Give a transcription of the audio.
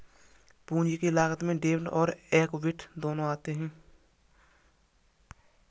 पूंजी की लागत में डेब्ट और एक्विट दोनों आते हैं